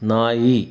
ನಾಯಿ